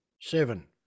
Seven